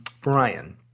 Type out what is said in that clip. Brian